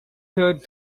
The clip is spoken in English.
third